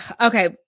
Okay